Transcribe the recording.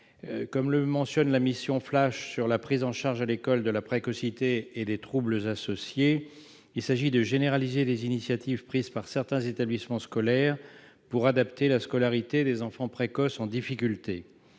Comme le mentionne la « mission flash » sur la prise en charge à l'école de la précocité et des troubles associés, il s'agit de généraliser les initiatives vertueuses prises par certains établissements scolaires pour adapter la scolarité des enfants précoces en difficulté.